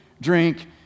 drink